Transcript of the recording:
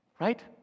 Right